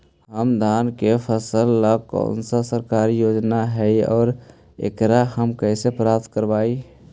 हमर धान के फ़सल ला कौन सा सरकारी योजना हई और एकरा हम कैसे प्राप्त करबई?